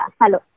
hello